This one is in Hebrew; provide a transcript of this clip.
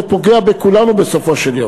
זה פוגע בכולנו בסופו של יום.